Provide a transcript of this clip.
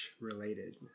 related